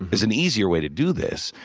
there's an easier way to do this,